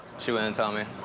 she wouldn't tell me.